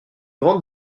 grande